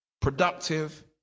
productive